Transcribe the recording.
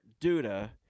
Duda